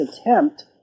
attempt